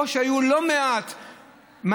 או שהיו לא מעט מעצרים,